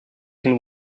can